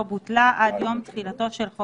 שלא נתת להם מספיק לדבר,